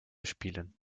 spielen